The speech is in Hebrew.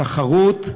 תחרות,